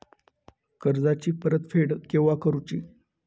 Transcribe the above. कर्जाची परत फेड केव्हा करुची?